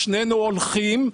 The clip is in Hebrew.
שנינו הולכים.